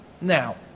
Now